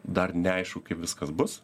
dar neaišku kaip viskas bus